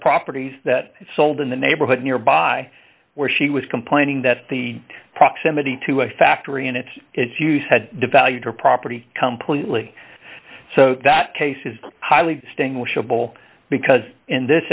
properties that sold in the neighborhood nearby where she was complaining that the proximity to a factory and its its use had devalued her property come plea so that case is highly distinguishable because in this